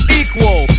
equal